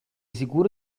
sicuro